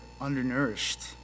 undernourished